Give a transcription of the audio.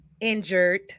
injured